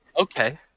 okay